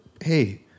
hey